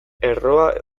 erroa